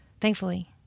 thankfully